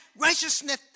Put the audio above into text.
righteousness